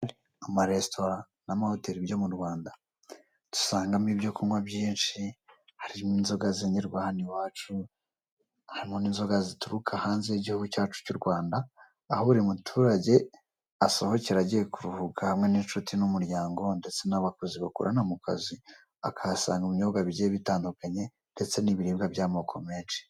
Amaresitora n'amahoteri byo mu Rwanda dusangamo ibyo kunywa byinshi, harimo inzoga zengerwa hano iwacu, harimo n'inzoga zituruka hanze y'igihugu cyacu cy'u Rwanda, aho buri muturage asohokera agiye kuruhuka hamwe n'inshuti n'umuryango ndetse n'abakozi bakorana mu kazi, akahasanga ibinyobwa bigiye bitandukanye ndetse n'ibiribwa by'amoko menshi.